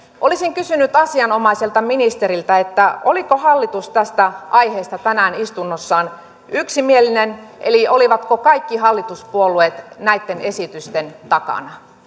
olisin kysynyt asianomaiselta ministeriltä oliko hallitus tästä aiheesta tänään istunnossaan yksimielinen eli olivatko kaikki hallituspuolueet näitten esitysten takana